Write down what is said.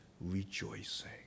rejoicing